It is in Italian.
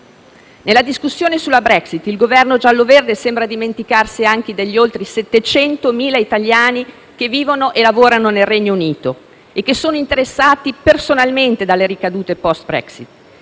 Nella discussione sulla Brexit il Governo giallo-verde sembra dimenticarsi anche degli oltre 700.000 italiani che vivono e lavorano nel Regno Unito e che sono interessati personalmente dalle ricadute *post* Brexit.